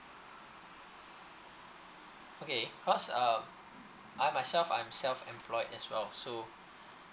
okay cause um I myself I'm self employed as well so